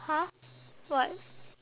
!huh! what